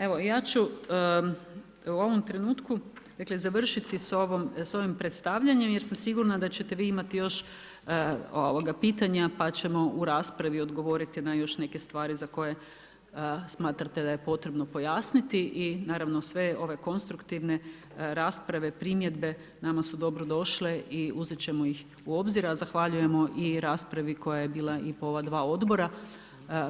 Evo ja ću u ovom trenutku dakle završiti sa ovim predstavljanjem jer sam sigurna da ćete vi imati još pitanja pa ćemo u raspravi odgovoriti na još neke stvari za koje smatrate da je potrebno pojasniti i naravno sve ove konstruktivne rasprave, primjedbe nama su dobro došle i uzeti ćemo ih u obzir a zahvaljujemo i raspravi koja je bila i po ova dva odbora